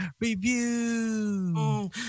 review